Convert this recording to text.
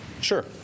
Sure